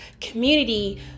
community